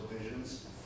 visions